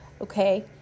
Okay